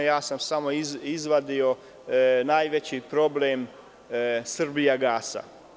Ja sam samo spomenuo najveći problem – „Srbijagas“